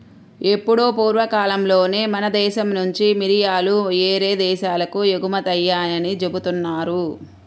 ఎప్పుడో పూర్వకాలంలోనే మన దేశం నుంచి మిరియాలు యేరే దేశాలకు ఎగుమతయ్యాయని జెబుతున్నారు